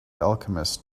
alchemist